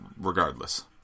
regardless